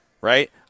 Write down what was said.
right